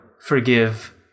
forgive